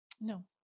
No